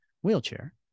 wheelchair